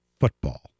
football